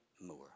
more